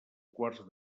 quarts